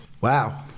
Wow